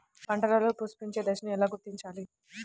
పంటలలో పుష్పించే దశను ఎలా గుర్తించాలి?